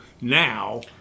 now